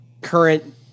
current